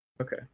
Okay